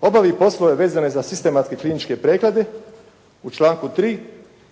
“obavi poslove vezane za sistematske kliničke preglede u članku 3.